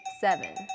seven